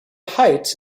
heights